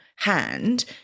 hand